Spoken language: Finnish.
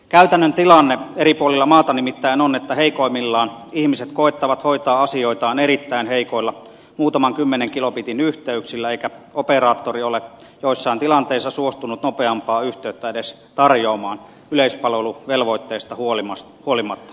käytännön tilanne eri puolilla maata nimittäin on että heikoimmillaan ihmiset koettavat hoitaa asioitaan erittäin heikoilla muutaman kymmenen kilobitin yhteyksillä eikä operaattori ole joissain tilanteissa suostunut nopeampaa yhteyttä edes tarjoamaan yleispalveluvelvoitteesta huolimatta